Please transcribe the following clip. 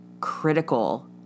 critical